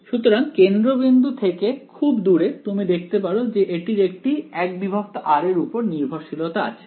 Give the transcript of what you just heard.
সুতরাং কেন্দ্রবিন্দু থেকে খুব দূরে তুমি দেখতে পারো যে এটির একটি 1r এর উপর নির্ভরশীলতা আছে